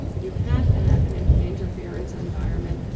you have to have and an interference environment,